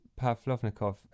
Pavlovnikov